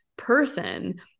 person